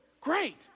great